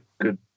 good